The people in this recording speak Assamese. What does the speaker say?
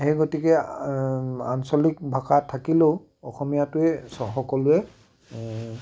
সেই গতিকে আঞ্চলিক ভাষা থাকিলেও অসমীয়াটোৱে চ সকলোৱে